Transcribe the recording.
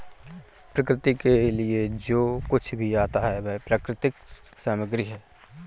प्रकृति के लिए जो कुछ भी आता है वह प्राकृतिक सामग्री है